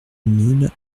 mille